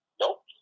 Nope